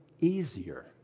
easier